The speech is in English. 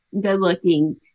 good-looking